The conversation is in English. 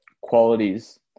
qualities